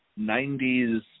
90s